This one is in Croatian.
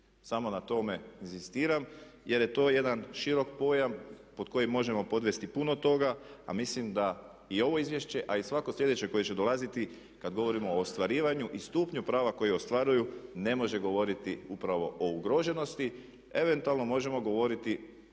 Samo na tome inzistiram jer je to jedan široki pojam pod koji možemo podvesti puno toga, a mislim da i ovo izvješće, a i svako sljedeće koje će dolaziti kad govorimo o ostvarivanju i stupnju prava koji ostvaruju ne može govoriti upravo o ugroženosti, eventualno možemo govoriti